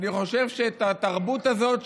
אני חושב שהתרבות הזאת,